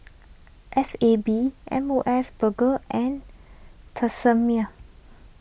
F A B M O S Burger and Tresemme